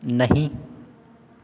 नहीं